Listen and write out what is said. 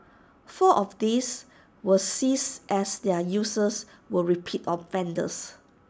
four of these were seized as their users were repeat offenders